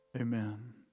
Amen